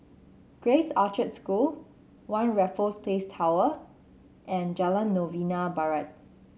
Grace Orchard School One Raffles Place Tower and Jalan Novena Barat